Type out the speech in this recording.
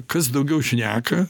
kas daugiau šneka